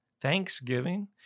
thanksgiving